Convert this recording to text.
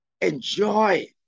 enjoy